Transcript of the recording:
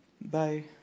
bye